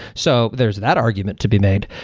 so there's that argument to be made.